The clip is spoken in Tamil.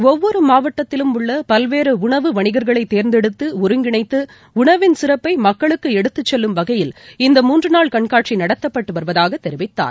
ஒவ்வொருமாவட்டத்தில் உள்ளபல்வேறுஉணவு வணிகர்களைதேர்ந்தெடுத்து ஒருங்கிணத்தஉணவின் சிறப்பமக்களுக்குஎடுத்துச்செல்லும் வகையில் இந்த மூன்றுநாள் கண்காட்சிநடத்தப்பட்டுவருவதாகதெரிவித்தார்